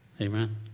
Amen